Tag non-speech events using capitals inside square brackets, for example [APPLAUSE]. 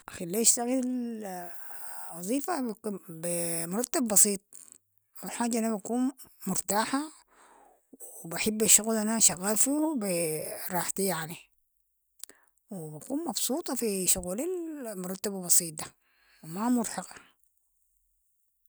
اخير لي أشتغل [HESITATION] وظيفة [HESITATION] بي [HESITATION] مرتب بسيط، الحاجة ألانا بكون مرتاحة و بحب الشغل الانا أشغل فيهو بي [HESITATION] راحتي يعني و بكون مبسوطة في شغلي [HESITATION] مرتبو بسيطة ده ما مرهقة.